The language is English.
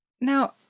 Now